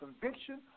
conviction